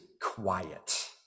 quiet